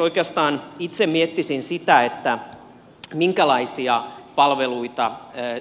oikeastaan itse miettisin sitä minkälaisia palveluita